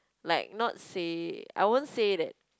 like not say I won't say that